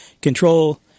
control